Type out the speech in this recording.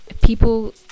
People